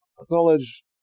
acknowledge